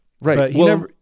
Right